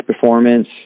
performance